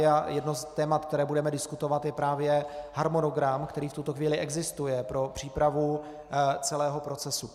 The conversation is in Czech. Jedno z témat, které budeme diskutovat, je právě harmonogram, který v tuto chvíli existuje, pro přípravu celého procesu.